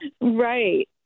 Right